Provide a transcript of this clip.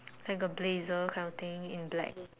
like a blazer kind of thing in black